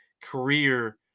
career